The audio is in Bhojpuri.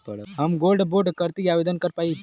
हम गोल्ड बोड करती आवेदन कर पाईब?